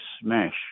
smash